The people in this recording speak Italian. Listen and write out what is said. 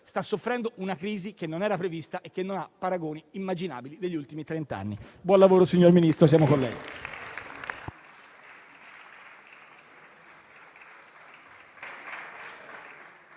stanno soffrendo una crisi che non era prevista e non ha paragoni immaginabili negli ultimi trent'anni. Buon lavoro, signor Ministro,